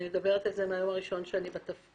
אני מדברת על זה מהיון הראשון שאני בתפקיד.